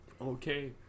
okay